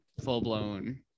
full-blown